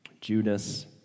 Judas